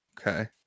Okay